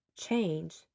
change